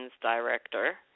director